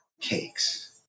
cakes